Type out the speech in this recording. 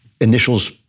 initials